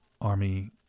Army